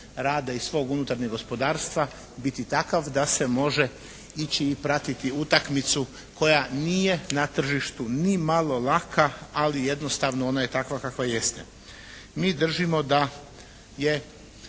rada i svog unutarnjeg gospodarstva biti takav da se može ići i pratiti utakmicu koja nije na tržištu ni malo laka, ali jednostavno ona je takva kakva jeste. Mi držimo da je